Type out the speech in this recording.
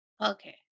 Okay